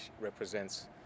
represents